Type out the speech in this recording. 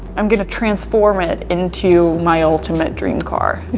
i'm going to transform it into my ultimate dream car.